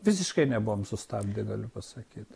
visiškai nebuvom sustabdę galiu pasakyt